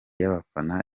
y’abafana